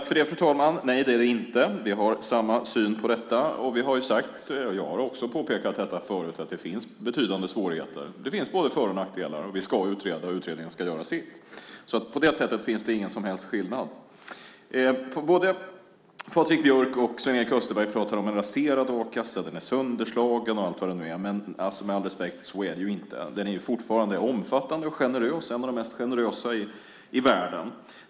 Fru talman! Nej, det är det inte. Vi har samma syn på detta. Jag har också påpekat att det finns betydande svårigheter. Det finns både för och nackdelar. Vi ska låta utreda, och utredningen ska göra sitt. På det sättet finns det ingen som helst skillnad. Både Patrik Björck och Sven-Erik Österberg pratar om en raserad a-kassa, att den är sönderslagen och så vidare. Med all respekt: Så är det inte. Den är fortfarande omfattande och generös - en av de mest generösa i världen.